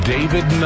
David